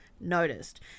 noticed